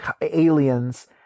aliens